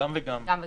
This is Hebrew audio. גם וגם.